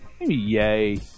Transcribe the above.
Yay